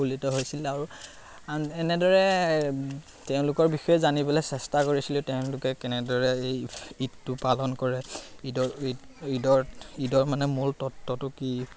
উৎফুল্লিত হৈছিল আৰু এনেদৰে তেওঁলোকৰ বিষয়ে জানিবলৈ চেষ্টা কৰিছিলোঁ তেওঁলোকে কেনেদৰে এই ঈদটো পালন কৰে ঈদৰ ঈদ ঈদৰ ঈদৰ মানে মূল তত্বটো কি